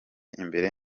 imbere